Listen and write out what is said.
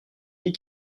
dit